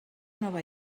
nova